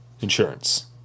insurance